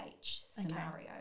scenario